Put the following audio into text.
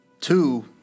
two